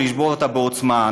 ולשבור אותה בעוצמה.